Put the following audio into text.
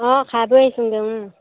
অঁ খাই বৈ আহিছোঁংগৈ